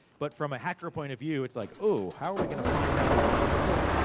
but from a hacker point of view, it's like, ooh, how are we gonna find out what that is?